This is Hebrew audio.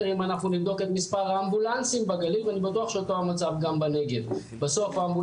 אני יודע שגם אלמוג